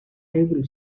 able